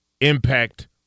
impact